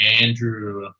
Andrew